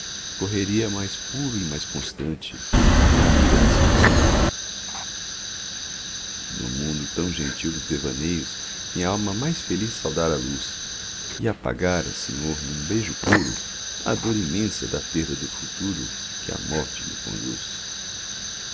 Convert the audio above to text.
correria mais puro e mais constante na lira das canções no mundo tão gentil dos devaneios minhalma mais feliz saudara a luz e apagara senhor num beijo puro a dor imensa da perda do futuro que à morte me conduz